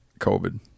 COVID